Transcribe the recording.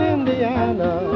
Indiana